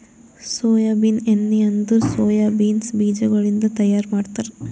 soybean ಎಣ್ಣಿ ಅಂದುರ್ soya beans ಬೀಜಗೊಳಿಂದ್ ತೈಯಾರ್ ಮಾಡ್ತಾರ